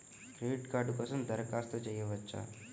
Credit card కోసం దరఖాస్తు చేయవచ్చా?